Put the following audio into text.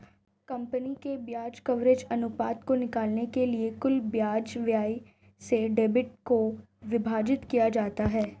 company के ब्याज coverage अनुपात को निकालने के लिए कुल ब्याज व्यय से ईबिट को विभाजित किया जाता है